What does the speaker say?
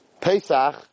Pesach